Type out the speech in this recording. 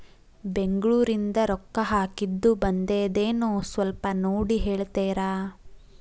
ಬೆಂಗ್ಳೂರಿಂದ ರೊಕ್ಕ ಹಾಕ್ಕಿದ್ದು ಬಂದದೇನೊ ಸ್ವಲ್ಪ ನೋಡಿ ಹೇಳ್ತೇರ?